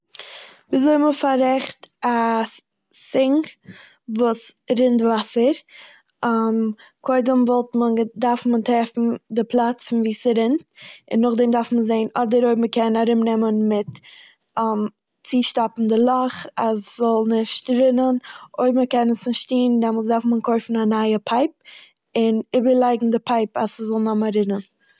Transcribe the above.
וויזוי מ'פארעכט א סינק וואס ס'רינט וואסער. קודם דארף מען טרעפן די פלאץ וואו ס'רינט, און נאכדעם דארף מען זעהן אדער אויב מ'קען ארומנעמען מיט צושטאפן די לאך אז ס'זאל נישט רינען. אויב מ'קען עס נישט טוהן דארף מען קויפן א נייע פייפ און איבערלייגן די פייפ אז ס'זאל נאמאר רינען.